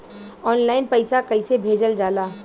Online पैसा कैसे भेजल जाला?